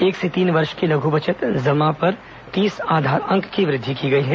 एक से तीन वर्ष की लघ् बचत जमा पर तीस आधार अंक तक की वृद्धि की गई है